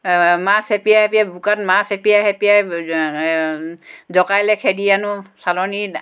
মাছ হেঁপিয়াই হেঁপিয়াই বোকাত মাছ হেঁপিয়াই জকাইলৈ খেদি আনো চালনিত